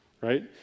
right